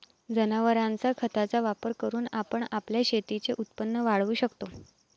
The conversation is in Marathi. जनावरांच्या खताचा वापर करून आपण आपल्या शेतीचे उत्पन्न वाढवू शकतो